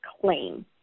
claim